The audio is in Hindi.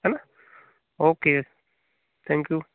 है ना ओके थैंक यू